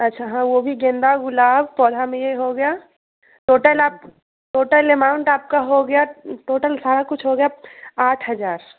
अच्छा हाँ वो भी गेंदा गुलाब पौधा में ये हो गयाँ टोटल आप टोटल एमाउंट आपका हो गया टोटल सारा कुछ हो गया आठ हज़ार